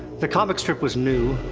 the comic strip was new,